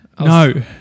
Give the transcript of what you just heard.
No